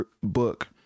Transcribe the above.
book